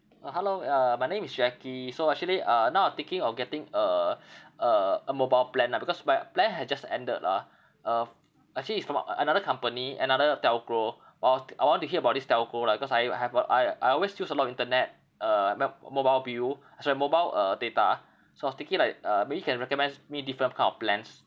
uh hello uh my name is jackie so actually uh now I'm thinking of getting a a a mobile plan lah because my plan has just ended lah uh f~ actually it's from a~ another company another telco uh I want to hear about this telco lah cause I uh have a I I always use a lot of internet uh map~ mobile bill sorry mobile uh data so I was thinking like uh maybe you can recommend me different kind of plans